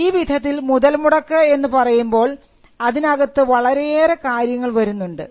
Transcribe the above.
ഈ വിധത്തിൽ മുതൽമുടക്ക് എന്ന് പറയുമ്പോൾ അതിനകത്ത് വളരെയേറെ കാര്യങ്ങൾ വരുന്നുണ്ട്